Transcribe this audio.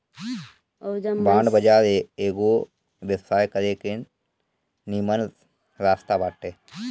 bond बाजार एगो व्यवसाय करे के निमन रास्ता बाटे